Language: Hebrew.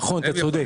נכון, אתה צודק.